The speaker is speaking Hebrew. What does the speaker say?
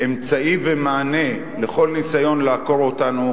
אמצעי ומענה לכל ניסיון לעקור אותנו,